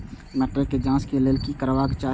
मैट के जांच के लेल कि करबाक चाही?